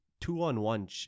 two-on-one